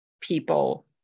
people